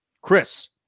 Chris